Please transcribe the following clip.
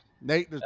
Nate